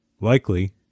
likely